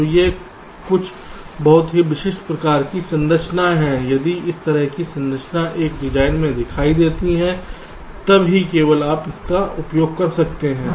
तो ये कुछ बहुत ही विशिष्ट प्रकार की संरचनाएं हैं यदि इस तरह की संरचना एक डिजाइन में दिखाई देती है तब ही केवल आप इसका उपयोग कर सकते हैं